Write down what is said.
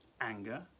anger